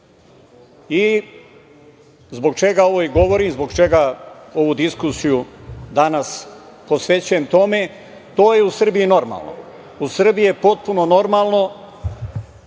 Zbog čega ovo i govorim, zbog čega ovu diskusiju danas posvećujem tome? To je u Srbiji normalno. U Srbiji je potpuno normalno